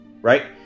right